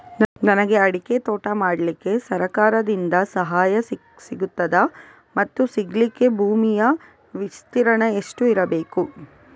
ನನಗೆ ಅಡಿಕೆ ತೋಟ ಮಾಡಲಿಕ್ಕೆ ಸರಕಾರದಿಂದ ಸಹಾಯ ಸಿಗುತ್ತದಾ ಮತ್ತು ಸಿಗಲಿಕ್ಕೆ ಭೂಮಿಯ ವಿಸ್ತೀರ್ಣ ಎಷ್ಟು ಇರಬೇಕು?